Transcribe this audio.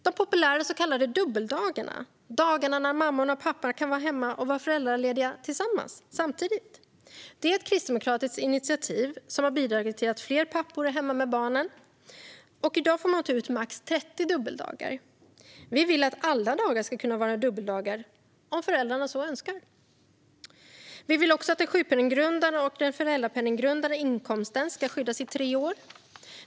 De populära så kallade dubbeldagarna, alltså dagarna när mammorna och papporna kan vara föräldralediga tillsammans, är ett kristdemokratiskt initiativ som har bidragit till att fler pappor är hemma med barnen. I dag får man ta ut max 30 dubbeldagar. Vi vill att alla dagar ska kunna vara dubbeldagar om föräldrarna så önskar. Vi vill också att den sjukpenninggrundande och föräldrapenninggrundande inkomsten ska skyddas i tre år.